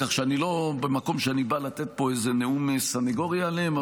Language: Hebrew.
כך שאני לא במקום שאני בא לתת פה איזה נאום סנגורי עליהם.